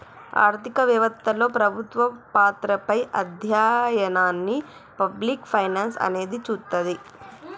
ఆర్థిక వెవత్తలో ప్రభుత్వ పాత్రపై అధ్యయనాన్ని పబ్లిక్ ఫైనాన్స్ అనేది చూస్తది